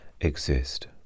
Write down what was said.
exist